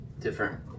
different